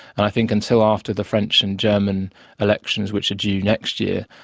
and i think until after the french and german elections, which are due next year,